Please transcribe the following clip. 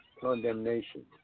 condemnation